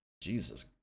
Jesus